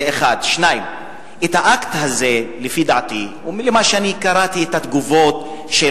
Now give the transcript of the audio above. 2. האקט הזה, לפי דעתי, לפי מה שקראתי מהתגובות של